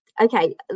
okay